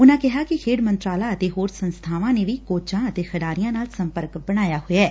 ਉਨਾਂ ਕਿਹਾਂ ਕਿ ਖੇਡ ਮੰਤਰਾਲਾ ਅਤੇ ਹੋਰ ਸੰਸਬਾਵਾਂ ਦੀ ਕੋਚਾਂ ਅਤੇ ਖਿਡਾਰੀਆਂ ਨਾਲ ਸੰਪਰਕ ਬਣਾਇਆ ਹੋਇਐਂ